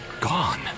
gone